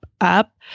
up